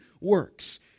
works